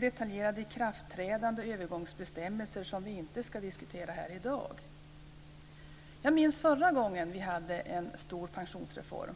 detaljerade ikraftträdande och övergångsbestämmelser som vi inte ska diskutera här i dag. Jag minns förra gången vi hade en stor pensionsreform.